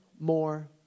more